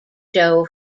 show